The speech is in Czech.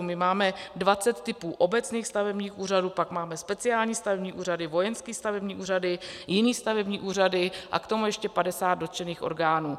My máme dvacet typů obecních stavebních úřadů, pak máme speciální stavební úřady, vojenské stavební úřady, jiné stavební úřady a k tomu ještě padesát dotčených orgánů.